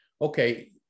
okay